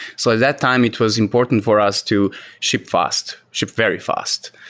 so at that time it was important for us to ship fast, ship very fast.